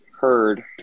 heard –